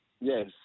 yes